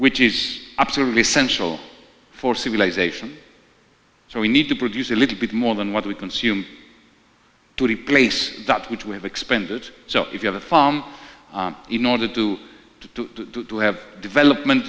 which is absolutely essential for civilization so we need to produce a little bit more than what we consume to replace that which we have expended so if you have a farm in order to to to have development